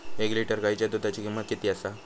एक लिटर गायीच्या दुधाची किमंत किती आसा?